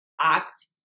act